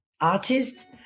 artist